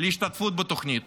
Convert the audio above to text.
להשתתפות בתוכנית?